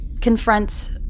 confront